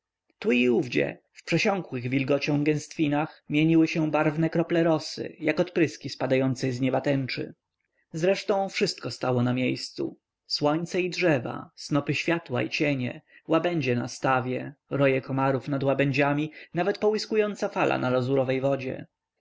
tu i owdzie w przesiąkłych wilgocią gęstwinach mieniły się barwne krople rosy jak odpryski spadłej z nieba tęczy zresztą wszystko stało na miejscu słońce i drzewa snopy światła i cienie łabędzie na stawie roje komarów nad łabędziami nawet połyskująca fala na lazurowej wodzie